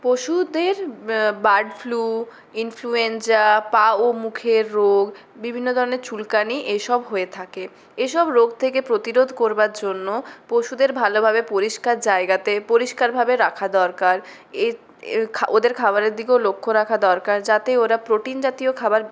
পশুদের bird flu influenza পা ও মুখের রোগ বিভিন্ন ধরনেরর চুলকানি এইসব হয়ে থাকে এসব রোগ থেকে প্রতিরোধ করবার জন্য পশুদের ভালোভাবে পরিষ্কার জায়গাতে পরিষ্কারভাবে রাখা দরকার এর এর ওদের খাবারের দিকেও লক্ষ্য রাখা দরকার যাতে ওরা প্রোটিন জাতীয় খাবার